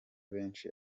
benshi